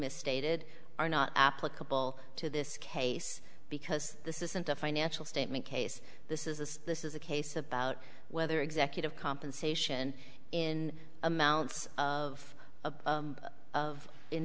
misstated are not applicable to this case because this isn't a financial statement case this is this this is a case about whether executive compensation in amounts of of